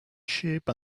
sheep